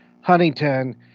Huntington